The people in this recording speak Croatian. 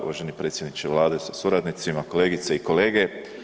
Uvaženi predsjedniče Vlade sa suradnicima, kolegice i kolege.